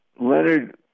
Leonard